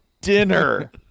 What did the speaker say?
dinner